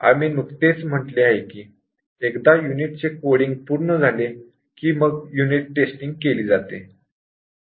आम्ही नुकतेच म्हटले आहे की एकदा युनिटचे कोडींग पूर्ण झाले कि मग युनिट टेस्टिंग केले जाते